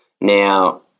Now